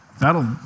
that'll